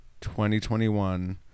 2021